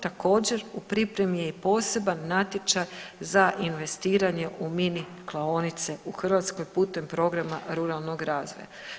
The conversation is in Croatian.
Također u pripremi je i poseban natječaj za investiranje u mini klaonice u Hrvatskoj putem Programa ruralnog razvoja.